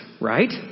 right